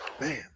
Man